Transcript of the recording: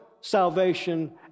salvation